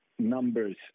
numbers